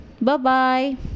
Bye-bye